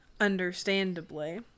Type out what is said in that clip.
understandably